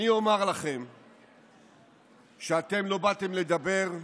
אני אומר לכם שאתם לא באתם לדבר,